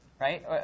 right